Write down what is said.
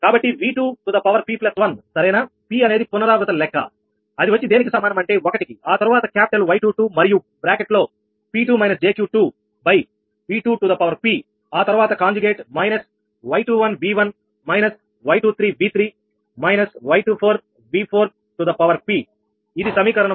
కావున 𝑉2 𝑝1 సరేనా p అనేది పునరావృత లెక్క అది వచ్చి దేనికి సమానం అంటే 1 కి ఆ తరువాత క్యాపిటల్ 𝑌22 మరియు బ్రాకెట్లో 𝑃2 − 𝑗𝑄2𝑉2𝑝 ఆ తరువాత కాంజుగేట్ −𝑌21𝑉1 − 𝑌23𝑉3 − 𝑌24𝑉4𝑝 ఇది సమీకరణం 1